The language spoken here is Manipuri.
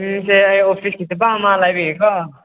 ꯍꯌꯦꯡꯁꯦ ꯑꯩ ꯑꯣꯐꯤꯁꯀꯤ ꯊꯕꯛ ꯑꯃ ꯂꯩꯔꯤꯀꯣ